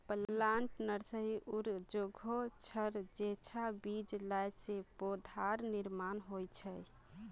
plant nursery उर जोगोह छर जेंछां बीज ला से पौधार निर्माण होछे